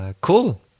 Cool